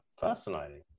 fascinating